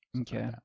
Okay